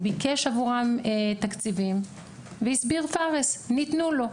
ביקש עבורם תקציבים והסביר פארס ניתנו לו,